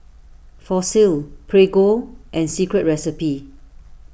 Fossil Prego and Secret Recipe